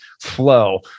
flow